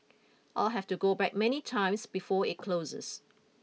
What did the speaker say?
I'll have to go back many times before it closes